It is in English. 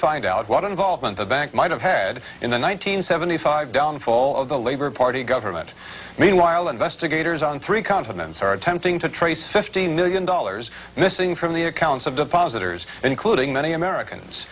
find out what involvement the bank might have had in the one nine hundred seventy five downfall of the labor party government meanwhile investigators on three continents are attempting to trace fifteen million dollars in this ng from the accounts of depositors including many americans